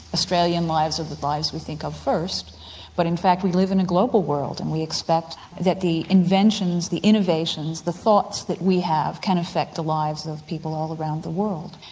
australian lives are the lives we think of first but in fact we live in a global world and we expect that the inventions, the innovations, the thoughts that we have can affect the lives of people all around the world.